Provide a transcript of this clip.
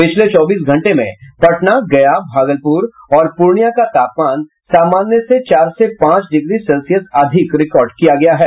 पिछले चौबीस घंटे में पटना गया भागलपुर और प्रर्णियां का तापमान सामान्य से चार से पांच डिग्री सेल्सियस अधिक रिकॉर्ड किया गया है